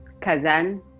Kazan